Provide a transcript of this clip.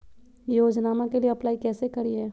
योजनामा के लिए अप्लाई कैसे करिए?